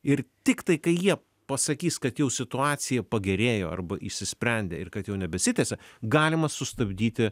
ir tiktai kai jie pasakys kad jau situacija pagerėjo arba išsisprendė ir kad jau nebesitęsia galima sustabdyti